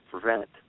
prevent